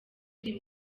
iri